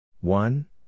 One